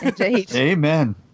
Amen